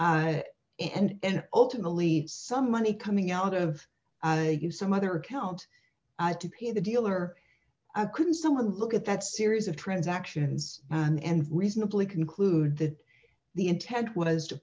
count and ultimately some money coming out of some other count to pay the dealer couldn't someone look at that series of transactions and reasonably conclude that the intent was to